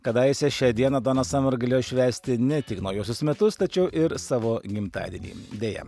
kadaise šią dieną dona samerio galėjo švęsti ne tik naujuosius metus tačiau ir savo gimtadienį deja